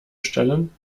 stellen